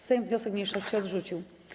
Sejm wniosek mniejszości odrzucił.